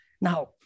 Now